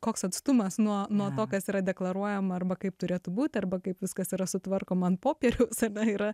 koks atstumas nuo nuo to kas yra deklaruojama arba kaip turėtų būt arba kaip viskas yra sutvarkoma ant popieriaus ar ne yra